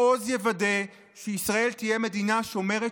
מעוז יוודא שישראל תהיה מדינה שומרת